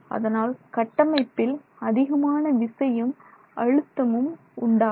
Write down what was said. அதனால் கட்டமைப்பில் அதிகமான விசையும் அழுத்தமும் உண்டாகும்